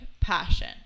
passion